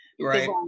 Right